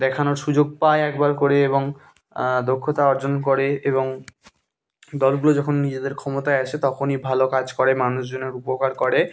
দেখানোর সুযোগ পায় একবার করে এবং দক্ষতা অর্জন করে এবং দলগুলো যখন নিজেদের ক্ষমতায় আসে তখনই ভালো কাজ করে মানুষজনের উপকার করে